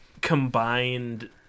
combined